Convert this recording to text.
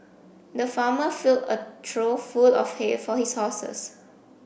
the farmer filled a trough full of hay for his horses